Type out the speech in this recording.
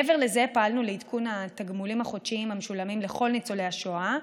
מעבר לזה פעלנו לעדכון התגמולים החודשיים המשולמים לכל ניצולי השואה,